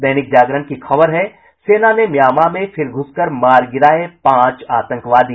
दैनिक जागरण की खबर है सेना ने म्यांमार में फिर घूसकर मार गिराये पांच आतंकवादी